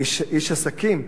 איש עסקים.